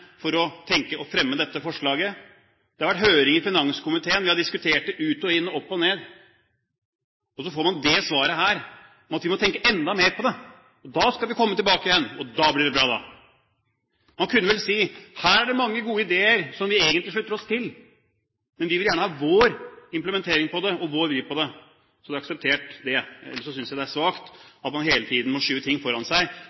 for å tenke, og så har vi fremmet dette forslaget. Det har vært høring i finanskomiteen. Vi har diskutert det ut og inn og opp og ned. Og så får man dette svaret, at vi må tenke enda mer på det, og da skal vi komme tilbake, og da blir det bra. Man kunne vel si: Her er det mange gode ideer som vi egentlig slutter oss til, men vi vil gjerne ha vår implementering av det og vår vri på det. Da hadde jeg akseptert det. Jeg synes det er svakt at man hele tiden må skyve ting foran seg